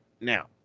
now